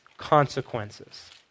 consequences